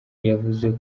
yavuze